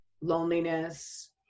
Loneliness